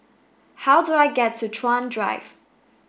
how do I get to Chuan Drive